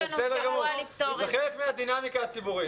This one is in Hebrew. זה חלק מהדינמיקה הציבורית.